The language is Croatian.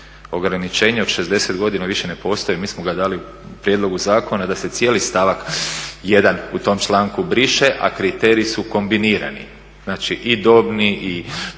Ograničenje od 60 godina više ne postoji mi smo ga dali u prijedlogu zakona da se cijeli stavak 1.u tom članku briše, a kriteriji su kombinirani i dobni i